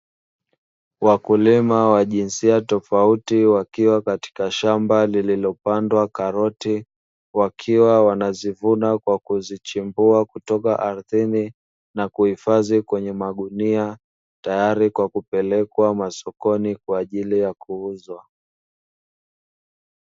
Wakulima wa jinsia tofauti wakiwa katika shamba lililopandwa karoti wakiwa wanazivuna kwa kuzichimbua kutoka ardhini, na kuhifadhi kwenye magunia tayari kwa kupelekwa masokoni kwa ajili ya kuuzwa.